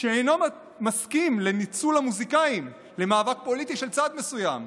שאינו מסכים לניצול המוזיקאים למאבק פוליטי של צד מסוים,